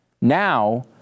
Now